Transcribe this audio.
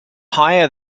higher